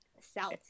South